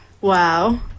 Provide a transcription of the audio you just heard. Wow